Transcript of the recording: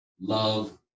love